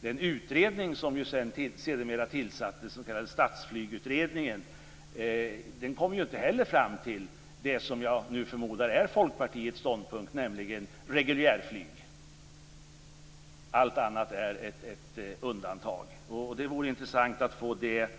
Den utredning som sedermera tillsattes, Statsflygutredningen, kom inte heller fram till det som jag förmodar är Folkpartiets ståndpunkt, nämligen reguljärflyg, allt annat är ett undantag. Det vore intressant att få det